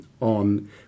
on